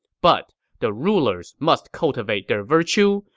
but the rulers must cultivate their virtue,